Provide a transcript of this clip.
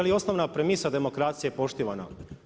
Je li osnovna premisa demokracije poštivana?